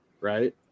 right